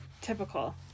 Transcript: typical